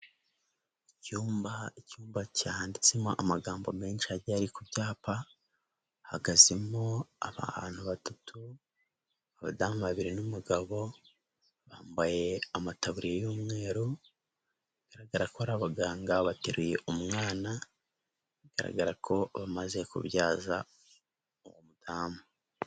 Icyumba, icyumba cyanditsemo amagambo menshi agiye ari ku byapa, hahagazemo abantu batatu, abadamu babiri n'umugabo, bambaye amataburiya y'umweru, bigaragara ko ari abaganga bateruye umwana, bigaragara ko bamaze kubyaza uwo mudamu.